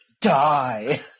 die